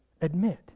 admit